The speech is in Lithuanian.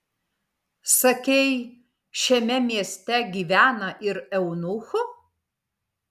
sakei šiame mieste gyvena ir eunuchų